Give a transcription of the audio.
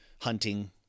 hunting